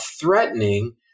threatening